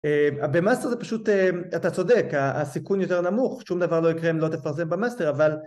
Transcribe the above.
במאסטר זה פשוט, אתה צודק, הסיכון יותר נמוך, שום דבר לא יקרה אם לא תפרסם במאסטר אבל